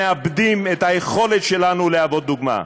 מאבדים את היכולת שלנו להוות דוגמה.